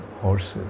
horses